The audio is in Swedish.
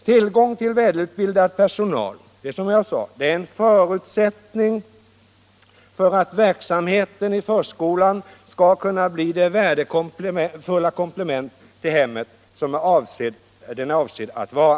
Tiligång till välutbildad personal är en av förutsättningarna för att verksamheten i förskolan skall kunna bli det värdefulla komplement till hemmet som den är avsedd att vara.